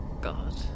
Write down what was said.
God